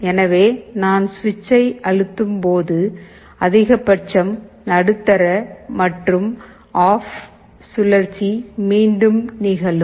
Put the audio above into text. எனவே நான் சுவிட்சை அழுத்தும்போது அதிகபட்சம் நடுத்தர மற்றும் ஆஃப் சுழற்சி மீண்டும் நிகழும்